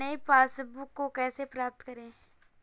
नई पासबुक को कैसे प्राप्त करें?